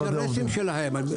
זה האינטרסים שלהם.